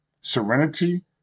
Serenity